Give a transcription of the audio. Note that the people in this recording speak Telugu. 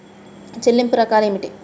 చెల్లింపు రకాలు ఏమిటి?